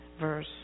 verse